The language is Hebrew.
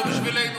לא בשבילנו.